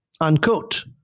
unquote